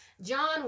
John